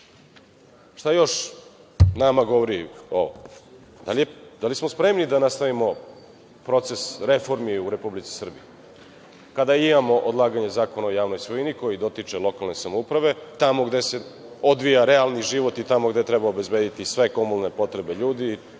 još nama govori? Da li smo spremni da nastavimo proces reformi u Republici Srbiji kada imamo odlaganje Zakona o javnoj svojini koji dotiče lokalne samouprave tamo gde se odvija realni život i tamo gde treba obezbediti sve komunalne potrebe ljudi,